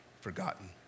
forgotten